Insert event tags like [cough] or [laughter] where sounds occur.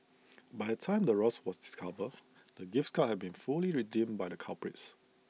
[noise] by the time the ruse was discovered [noise] the gift's cards had been fully redeemed by the culprits